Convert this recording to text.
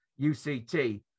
UCT